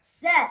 set